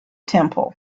temple